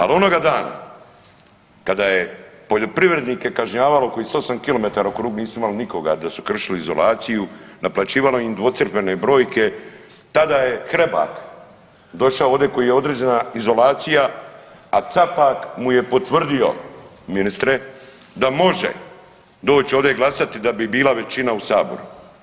Ali onoga dana kada je poljoprivrednike kažnjavalo koji su 8 kilometara u krug nisu imali nikoga da su kršili izolaciju, naplaćivalo im docifrene brojke tada je Hrebak došao ovde koje je određena izolacija, a Capak mu je potvrdio ministre da može doći ovdje glasati da bi bila većina u saboru.